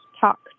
talk